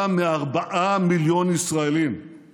אני מתכבד להזמין את השר יריב לוין לשאת דברים.